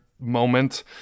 moment